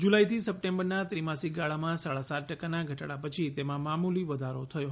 જુલાઈથી સપ્ટેમ્બરના ત્રિમાસિક ગાળામાં સાડા સાત ટકાના ઘટાડા પછી તેમાં મામુલી વધારો થયો હતો